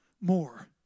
more